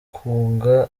ukunga